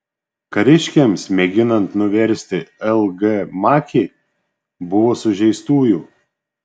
kariškiams mėginant nuversti l g makį buvo sužeistųjų